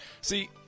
See